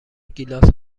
گیلاس